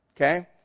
Okay